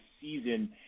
season